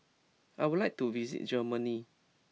I would like to visit Germany